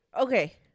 okay